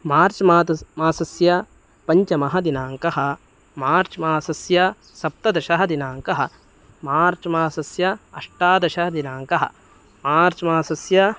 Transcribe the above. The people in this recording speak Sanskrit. मार्च् मासस्य मासस्य पञ्चमः दिनाङ्कः मार्च् मासस्य सप्तदश दिनाङ्कः मार्च् मासस्य अष्टादश दिनाङ्कः मार्च् मासस्य